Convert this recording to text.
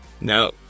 no